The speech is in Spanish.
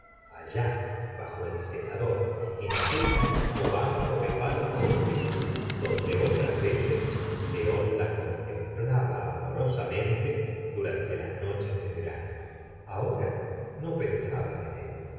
allá bajo el cenador en aquel mismo banco de palos rústicos donde otras veces león la contemplaba amorosamente durante las noches de verano ahora no pensaba en él